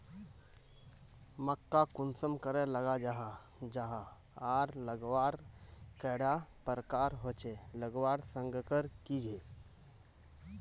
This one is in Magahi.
मक्का कुंसम करे लगा जाहा जाहा आर लगवार कैडा प्रकारेर होचे लगवार संगकर की झे?